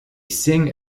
sing